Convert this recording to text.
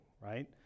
right